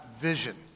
vision